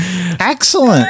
Excellent